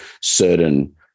certain